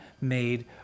Made